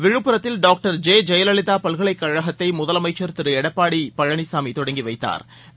விழுப்புரத்தில் டாக்டர் ஜெ ஜெயலலிதா பல்கலைக் கழகத்தை முதலமைச்சர் திரு எடப்பாடி பழனிசாமி தொடங்கி வைத்தாா்